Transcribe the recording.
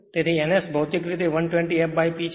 તેથી n S ભૌતિક રીતે 120 fP છે